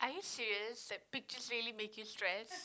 are you serious that pictures really make you stress